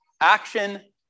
action